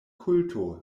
kulto